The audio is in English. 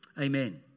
Amen